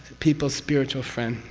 people's spiritual friend.